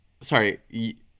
Sorry